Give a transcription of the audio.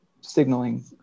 signaling